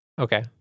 Okay